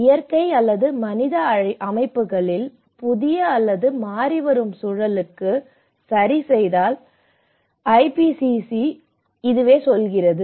இயற்கை அல்லது மனித அமைப்புகளில் புதிய அல்லது மாறிவரும் சூழலுக்கு சரிசெய்தல் பற்றி ஐபிசிசி சொல்கிறது